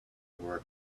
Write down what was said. were